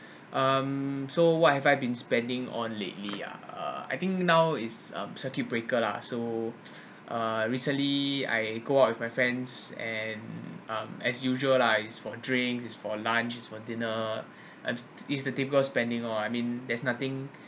um so what have I been spending on lately ah uh I think now is um circuit breaker lah so uh recently I go out with my friends and um as usual lah is for drinks is for lunch is for dinner and it's the typical spending oh I mean there's nothing